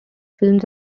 films